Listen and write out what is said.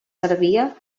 servia